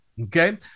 Okay